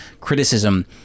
criticism